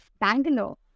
bangalore